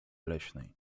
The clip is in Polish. leśnej